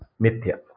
mithya